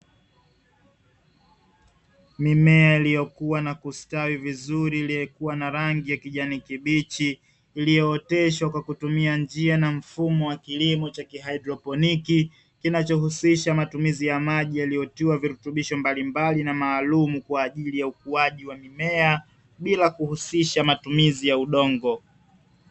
Mimea iliyokuwa na kustawi vizuri kwakutumia mfumo wa kielepdoniki kinachotumia maji yenye virutubisho badala ya udongo